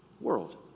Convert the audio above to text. world